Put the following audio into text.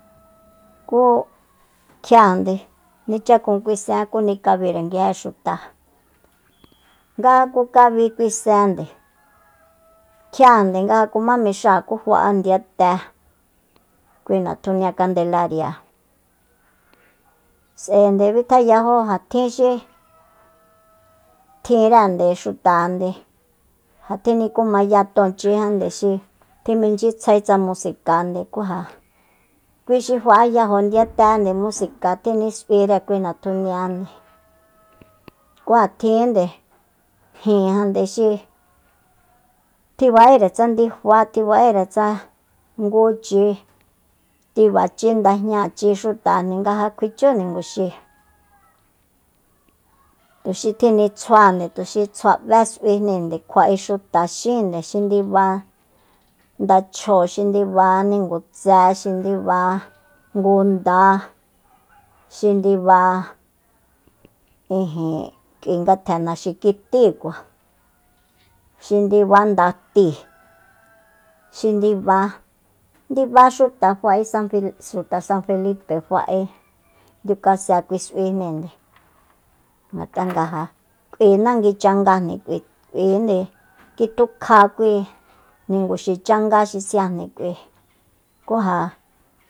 Ku kjiajande nichakun kui sen ku nikabire nguije xuta nga ja kukabi kui sende kjiande nga ja kuma mixáa fa'a ndiyate kui natjunia kandelaria s'aende bitjayajo ja tjin xi tjinre xutande ja tjinikumaya tonchi tjiminchyitsjae tsa musikande ku ja kui xi fa'ayajo ndiyate musika tjinis'uire kui natjunia ku ja tjinde jinjande xi tji ba'ére tsa ndifa tji ba'ere nguchi tibachi ndajñachi xutande nga ja kjuichu niguxi tuxi tjinitsjuande tuxi tsjua b'é s'uijninde kjua'e xuta xínde xi ndiba ndachjóo xi ndiba ningutse xi ndiba ngunda xi ndiba ijin k'ui ngatjen naxikitíkua xi ndiba ndatíi xi ndiba- ndiba xuta fa'e san feli xuta san felipe fa'e ndiu kase kui s'uijninde ngat'a nga ja k'ui nangui changajni k'ui k'uinde kitukja kui ninguxi changa xi siajni k'ui kú ja